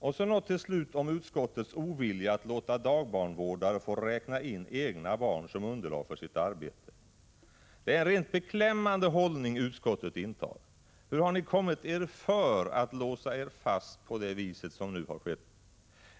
Så till slut några ord om utskottets ovilja att låta dagbarnvårdare få räkna in egna barn som underlag för sitt arbete. Det är en rent beklämmande hållning utskottet intar. Hur har ni kunnat låsa er fast på det vis som nu har skett?